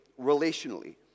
relationally